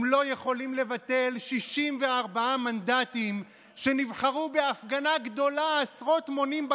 הם לא יכולים לבטל 64 מנדטים שנבחרו בהפגנה גדולה עשרות מונים,